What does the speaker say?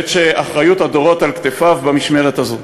בעת שאחריות הדורות על כתפיו במשמרת הזאת.